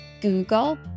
Google